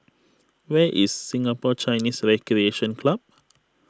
where is Singapore Chinese Recreation Club